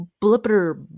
blipper